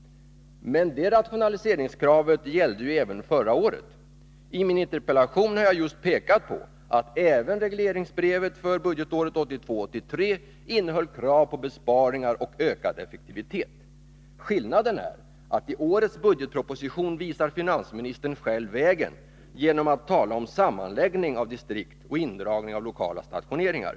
Men rationaliseringskrav gällde ju även förra året. I min interpellation har jag just pekat på att även regleringsbrevet för budgetåret 1982/83 innehöll krav på besparingar och ökad effektivitet. Skillnaden är att i årets budgetproposition visar finansministern själv vägen genom att tala om sammanläggning av distrikt och indragning av lokala stationeringar.